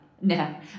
No